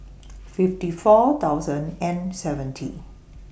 fifty four thousand and seventy